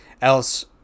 else